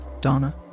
Donna